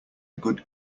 good